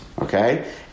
Okay